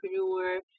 entrepreneur